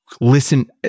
listen